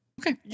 Okay